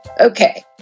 Okay